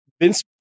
Vince